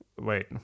Wait